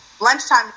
lunchtime